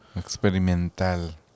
Experimental